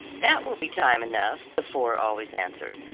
that will be time enough, the four always answered,